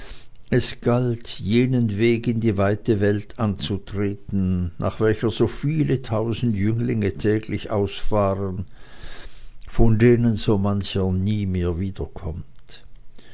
es galt jenen weg in die weite welt anzutreten nach welcher so viele tausend jünglinge täglich ausfahren von denen so mancher nie mehr wiederkommt